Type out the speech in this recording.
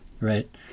right